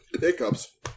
hiccups